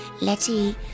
Letty